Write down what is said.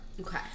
Okay